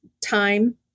time